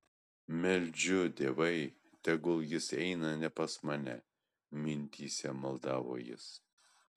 meldžiu dievai tegul jis eina ne pas mane mintyse maldavo jis